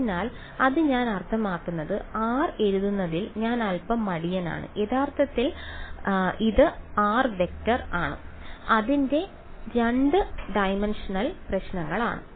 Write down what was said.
അതിനാൽ ഇത് ഞാൻ അർത്ഥമാക്കുന്നത് r എഴുതുന്നതിൽ ഞാൻ അൽപ്പം മടിയനാണ് യഥാർത്ഥത്തിൽ ഇത് r→ ശരിയാണ് അതിന്റെ 2 ഡൈമൻഷണൽ പ്രശ്നങ്ങളാണ്